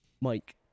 Mike